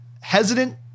hesitant